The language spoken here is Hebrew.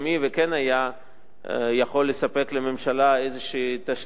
וכן היה יכול לספק לממשלה איזו תשתית.